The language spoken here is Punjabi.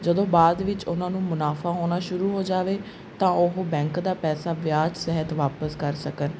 ਜਦੋਂ ਬਾਅਦ ਵਿੱਚ ਉਹਨਾਂ ਨੂੰ ਮੁਨਾਫਾ ਹੋਣਾ ਸ਼ੁਰੂ ਹੋ ਜਾਵੇ ਤਾਂ ਉਹ ਬੈਂਕ ਦਾ ਪੈਸਾ ਵਿਆਜ਼ ਸਾਹਿਤ ਵਾਪਸ ਕਰ ਸਕਣ